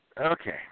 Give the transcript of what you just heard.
okay